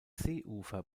seeufer